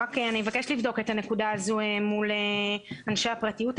אבקש לבדוק את הנקודה הזו מול אנשי הפרטיות אצלנו.